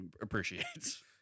appreciates